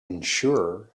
unsure